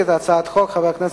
בוועדת העבודה, הרווחה והבריאות.